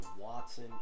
Watson